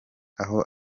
aho